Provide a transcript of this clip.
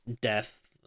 death